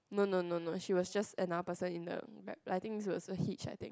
no no no no she was just another person in the Grab like I think this was also Hitch I think